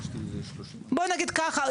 בוא נגיד ככה,